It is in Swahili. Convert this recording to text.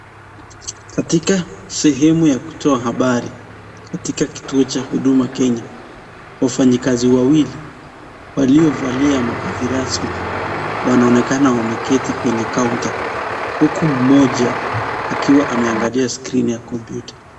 Kayika sehemu ya kutoa habari katika kituo cha huduma Kenya. Wafanyi kazi wawili waliovalia mavazi rasmi wanaonekana wameketi kwenye kaunta huku mmoja akiwa ameangalia skrini ya kompyuta.